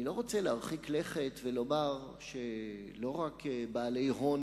אני לא רוצה להרחיק לכת ולומר שלא רק בעלי הון